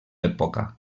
època